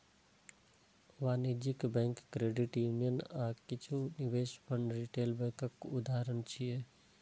वाणिज्यिक bank, credit union आ किछु निवेश फंड रिटेल बैंकक उदाहरण छियै